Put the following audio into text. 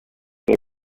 they